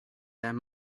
that